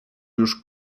już